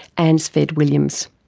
anne sved williams.